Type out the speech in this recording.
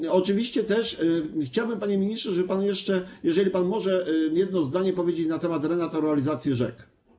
I oczywiście też chciałbym, panie ministrze, żeby pan jeszcze, jeżeli pan może, jedno zdanie powiedział na temat renaturalizacji rzek.